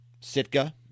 Sitka